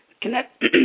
connect